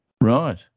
Right